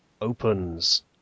Opens